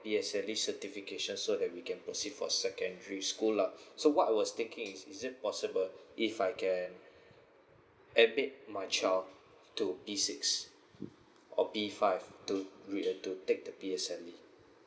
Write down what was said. P_S_L_E certification so that we can proceed for secondary school lah so what I was thinking is is it possible if I can admit my child to p six or p five to re~ to take the P_S_L_E